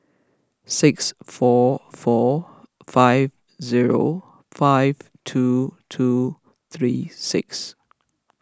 six four four five zero five two two three six